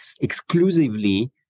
exclusively